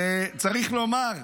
וצריך לומר,